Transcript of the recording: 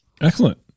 Excellent